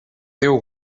déu